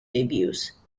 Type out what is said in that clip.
debuts